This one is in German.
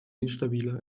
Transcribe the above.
instabiler